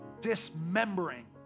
dismembering